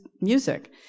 music